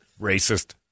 racist